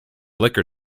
liquor